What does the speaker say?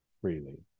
freely